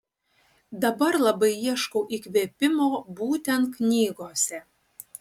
dabar labai ieškau įkvėpimo būtent knygose